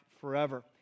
forever